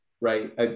right